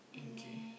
okay